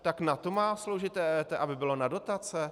Tak na to má sloužit EET, aby bylo na dotace?